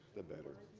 the better.